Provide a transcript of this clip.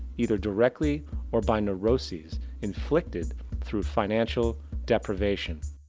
either directly or by nevroses inflicted through financial deprevation.